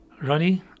Ronnie